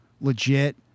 legit